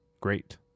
great